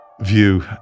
view